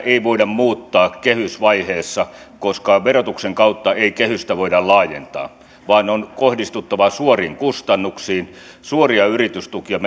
ei voida muuttaa kehysvaiheessa koska verotuksen kautta ei kehystä voida laajentaa vaan on kohdistettava suoriin kustannuksiin suoria yritystukia